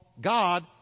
God